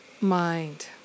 mind